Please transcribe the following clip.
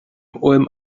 ulm